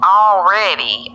already